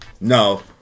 No